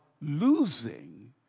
losing